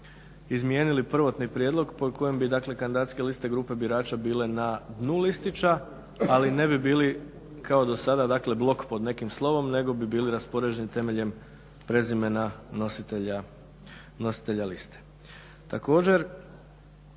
izmijenili prvotni prijedlog po kojem bi dakle kandidacijske liste grupe birača bile na dnu listića, ali ne bi bili kao dosada dakle blok pod nekim slovom nego bi bili raspoređeni temeljem prezimena nositelja liste. Također,